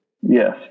Yes